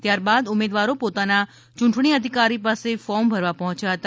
ત્યારબાદ ઉમેદવારો પોતાના ચૂંટણી અધિકારી પાસે ફોર્મ ભરવા પર્હોચ્યા હતા